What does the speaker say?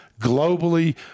globally